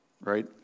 Right